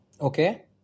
Okay